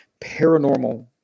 paranormal